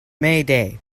mayday